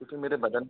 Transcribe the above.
क्योंकि मेरे बदन